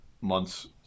months